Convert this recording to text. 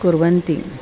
कुर्वन्ति